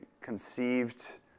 conceived